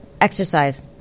Exercise